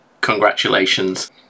congratulations